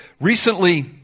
recently